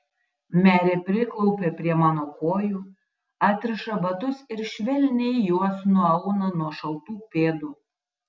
merė priklaupia prie mano kojų atriša batus ir švelniai juos nuauna nuo šaltų pėdų